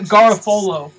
Garofolo